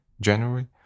January